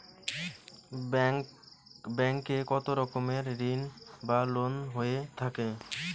Bank এ কত রকমের ঋণ বা লোন হয়ে থাকে?